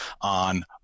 on